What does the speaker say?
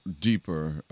deeper